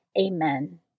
Amen